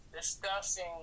discussing